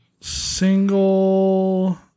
Single